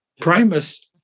Primus